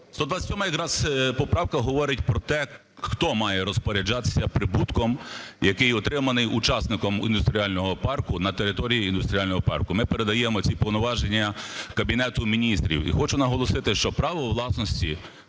127 якраз поправка говорить про те, хто має розпоряджатися прибутком, який отриманий учасником індустріального парку на території індустріального парку. Ми передаємо ці повноваження Кабінету Міністрів. І хочу наголосити, що право власності